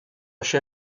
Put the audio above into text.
się